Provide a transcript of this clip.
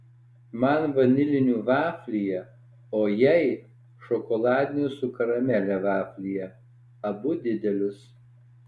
man vanilinių vaflyje o jai šokoladinių su karamele vaflyje abu didelius